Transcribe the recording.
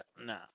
No